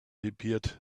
appeared